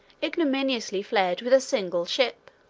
ignominiously fled with a single ship.